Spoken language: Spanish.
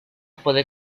puede